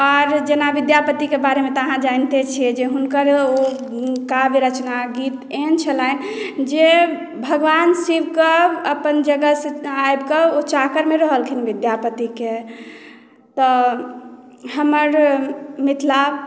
आब जेना विद्यापतिके बारेमे तऽ अहाँ जनिते छियै जे हुनकर ओ काव्य रचना गीत एहन छलनि जे भगवान शिवकेँ अपन जगहसँ आबि कऽ ओ चाकरमे रहलखिन विद्यापतिके तऽ हमर मतलब